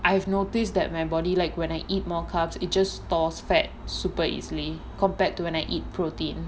I have noticed that my body like when I eat more carbohydrates it just stores fat super easily compared to when I eat protein